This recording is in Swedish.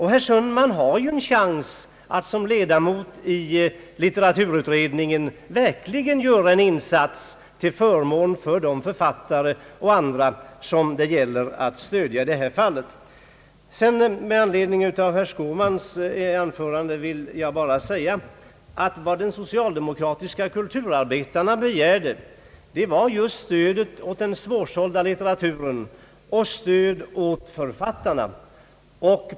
Herr Sundman har ju också en chans att i egenskap av ledamot i litteraturutredningen verkligen göra en insats till förmån för de författare och andra kulturarbetare som det gäller att stödja. Herr Skårmans anförande ger mig anledning att säga att det just var stöd åt den svårsålda litteraturen och stöd åt författarna som de socialdemokratiska kulturarbetarna begärde.